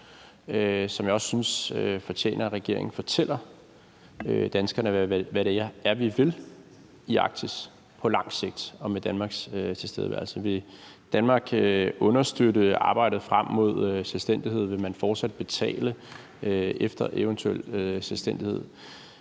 synes også, at det fortjener, at regeringen fortæller danskerne, hvad det er, vi vil i Arktis på lang sigt og med Danmarks tilstedeværelse. Vil Danmark understøtte arbejdet frem mod selvstændighed? Vil man fortsat betale efter eventuel selvstændighed?